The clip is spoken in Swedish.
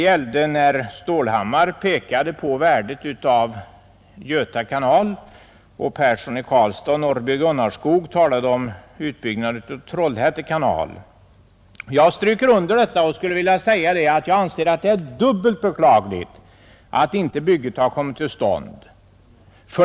Herr Stålhammar pekade på värdet av Göta kanal, och herr Persson i Karlstad och herr Norrby i Gunnarskog talade om utbyggnaden av Trollhätte kanal. Jag stryker under vad de sade och anser att det är dubbelt beklagligt att bygget inte har kommit till stånd.